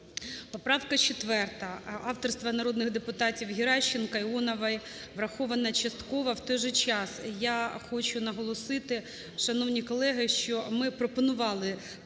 Поправка 4-а авторства народних депутатів Геращенко, Іонової. Врахована частково. В той же час, я хочу наголосити, шановні колеги, що ми пропонували викласти